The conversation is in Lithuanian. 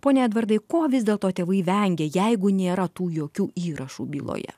pone edvardai ko vis dėlto tėvai vengia jeigu nėra tų jokių įrašų byloje